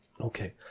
Okay